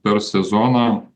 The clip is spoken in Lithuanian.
per sezoną